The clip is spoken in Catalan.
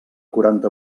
quaranta